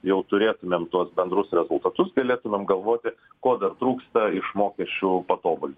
jau turėtumėm tuos bendrus rezultatus galėtum apgalvoti ko dar trūksta iš mokesčių patobulinimo